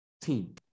team